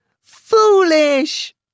Foolish